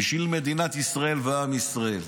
בשביל מדינת ישראל ועם ישראל.